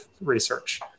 research